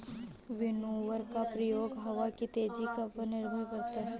winnower का प्रयोग हवा की तेजी पर निर्भर करता है